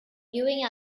viewing